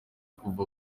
kuva